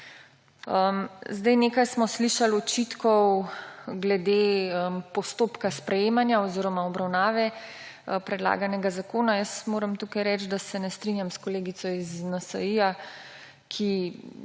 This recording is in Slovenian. Nekaj očitkov smo slišali glede postopka sprejemanja oziroma obravnave predlaganega zakona. Jaz moram tukaj reči, da se ne strinjam s kolegico iz NSi, ki